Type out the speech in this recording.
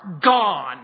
gone